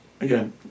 again